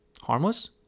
Harmless